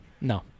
No